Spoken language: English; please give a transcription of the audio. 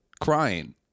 crying